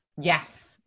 yes